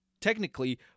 technically